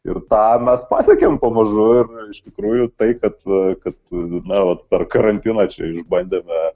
ir tą mes pasiekėme pamažu ir iš tikrųjų tai kad kad na vat per karantiną čia išbandėme